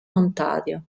ontario